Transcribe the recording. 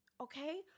Okay